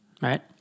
right